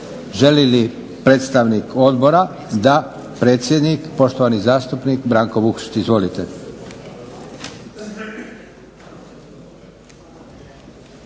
Želi li predstavnik odbora? Da. Predsjednik poštovani zastupnik Branko Vukšić. Izvolite.